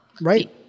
Right